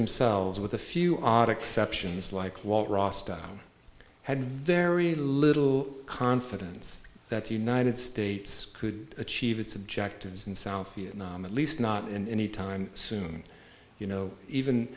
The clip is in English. themselves with a few odd exceptions like walt rostow had very little confidence that the united states could achieve its objectives in south vietnam at least not in any time soon you know even